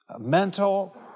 Mental